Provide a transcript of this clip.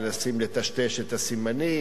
מנסים לטשטש את הסימנים,